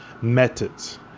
methods